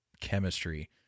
chemistry